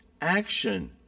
action